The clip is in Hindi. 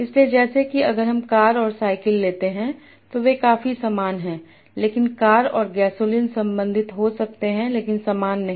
इसलिए जैसे कि अगर हम कार और साइकिल लेते हैं तो वे काफी समान हैं लेकिन कार और गैसोलीन संबंधित हो सकते हैं लेकिन समान नहीं